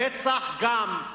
רצח גם.